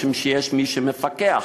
משום שיש מי שמפקח,